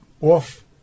off